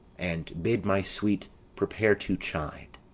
and bid my sweet prepare to chide.